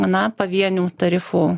na pavienių tarifų